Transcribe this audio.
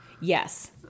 Yes